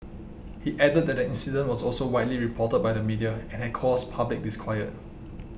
he added that the incident was also widely reported by the media and had caused public disquiet